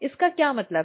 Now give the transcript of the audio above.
इसका क्या मतलब है